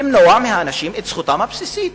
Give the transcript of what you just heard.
למנוע מהאנשים את זכותם הבסיסית.